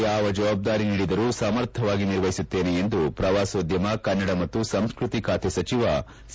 ಯಾವ ಜವಾಬ್ದಾರಿ ನೀಡಿದರೂ ಸಮರ್ಥವಾಗಿ ನಿರ್ವಹಿಸುತ್ತೇನೆ ಎಂದು ಪ್ರವಾಸೋದ್ಯಮ ಕನ್ನಡ ಮತ್ತು ಸಂಸ್ಕೃತಿ ಖಾತೆ ಸಚಿವ ಸಿ